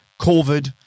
COVID